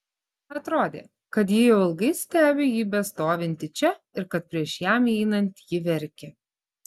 atrodė kad ji jau ilgai stebi jį bestovintį čia ir kad prieš jam įeinant ji verkė